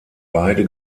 beide